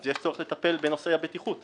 אז יש צורך לטפל בנושא הבטיחות.